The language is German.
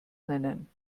nennen